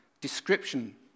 description